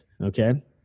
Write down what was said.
Okay